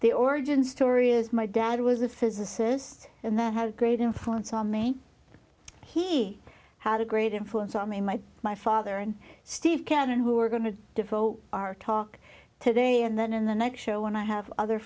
the origin story is my dad was a physicist and that had a great influence on me he had a great influence on me my my father and steve cannane who are going to devote our talk today and then in the next show when i have other